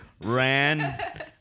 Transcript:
Ran